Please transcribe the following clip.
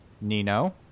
Nino